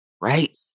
right